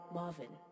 Marvin